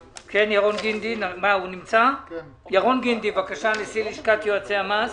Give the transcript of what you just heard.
גינדי, נשיא לשכת יועצי המס,